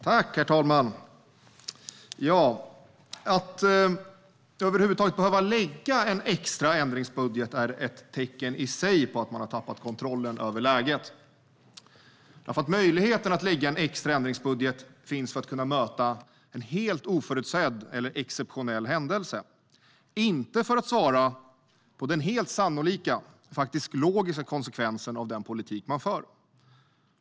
Herr talman! Att över huvud taget behöva lägga fram en extra ändringsbudget är ett tecken i sig på att man har tappat kontrollen över läget. Möjligheten att lägga fram en extra ändringsbudget finns för att kunna möta en helt oförutsedd eller exceptionell händelse. Den finns inte för att svara på den helt sannolika, faktiskt logiska, konsekvensen av den politik man för.